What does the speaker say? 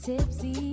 Tipsy